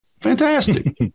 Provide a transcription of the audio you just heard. Fantastic